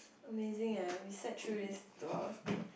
amazing ya we sat through this two hours thing